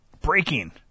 Breaking